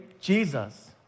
Jesus